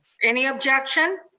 any objection?